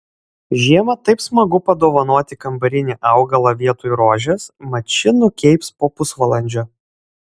žiemą taip smagu padovanoti kambarinį augalą vietoj rožės mat ši nukeips po pusvalandžio